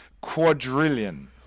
quadrillion